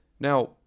Now